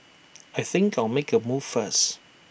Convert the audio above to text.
I think I'll make A move first